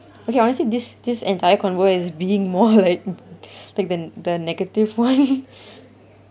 okay honestly this this entire convo~ is being more like like the the negative one